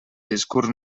discurs